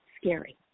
scary